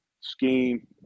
scheme